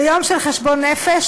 זה יום של חשבון נפש,